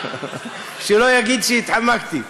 שלא יגיד שהתחמקתי.